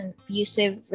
abusive